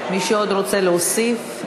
מישהו עוד רוצה להוסיף?